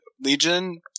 Legion